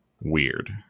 weird